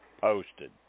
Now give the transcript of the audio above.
posted